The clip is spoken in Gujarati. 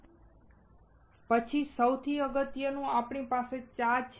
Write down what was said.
FL પછી સૌથી અગત્યનું આપણી પાસે ચા છે